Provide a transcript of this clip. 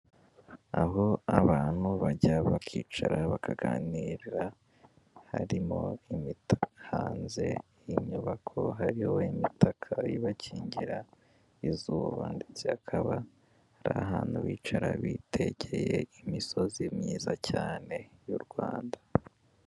Aho abantu bajya bakicara bakaganira, harimo imitaka hanze y'inyubako, hariho imitaka ibakingira izuba, ndetse hakaba ari ahantu bicara bitegeye imisozi myiza cyane y'u Rwanda.